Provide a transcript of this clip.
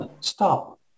stop